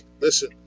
listen